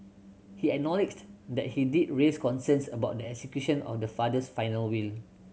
he acknowledged that he did raise concerns about the execution of their father's final will